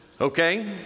Okay